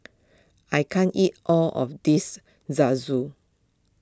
I can't eat all of this Zosui